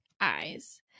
eyes